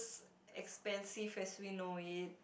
expensive as we know it